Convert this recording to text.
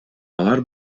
алар